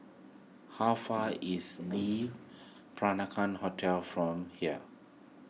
how far is Le Peranakan Hotel from here